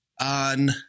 On